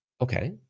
Okay